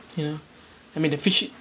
you know I mean the fishing